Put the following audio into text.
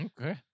Okay